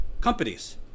companies